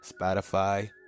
spotify